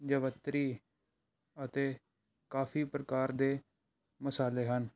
ਜਵੱਤਰੀ ਅਤੇ ਕਾਫੀ ਪ੍ਰਕਾਰ ਦੇ ਮਸਾਲੇ ਹਨ